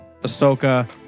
Ahsoka